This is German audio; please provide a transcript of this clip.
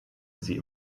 sie